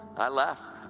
i left.